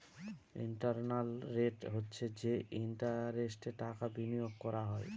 internal rate হচ্ছে যে ইন্টারেস্টে টাকা বিনিয়োগ করা হয়